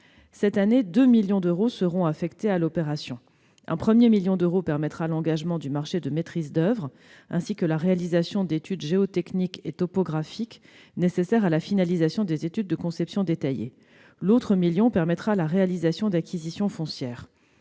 Cette année, 2 millions d'euros seront affectés à l'opération. Un premier million d'euros permettra l'engagement du marché de maîtrise d'oeuvre ainsi que la réalisation d'études géotechniques et topographiques nécessaires à la finalisation des études de conception détaillée ; l'autre million servira à la réalisation d'acquisitions foncières.